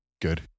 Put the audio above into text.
good